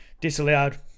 disallowed